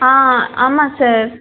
ஆ ஆமாம் சார்